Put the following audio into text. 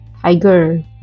Tiger